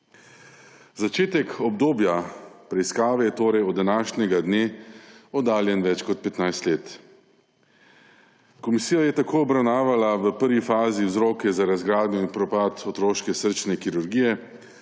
Začetek obdobja preiskave je torej od današnjega dne oddaljen več kot 15 let. Komisija je tako obravnavala v prvi fazi vzroke za razgradnjo in propad otroške srčne kirurgije,